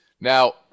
Now